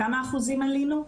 כמה אחוזים עלינו?